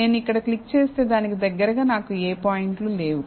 నేను ఇక్కడ క్లిక్ చేస్తే దానికి దగ్గరగా నాకు ఏ పాయింట్లు లేవు